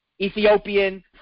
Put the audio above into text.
Ethiopian